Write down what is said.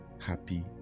happy